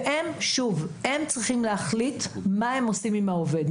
הם צריכים להחליט מה הם עושים עם העובד.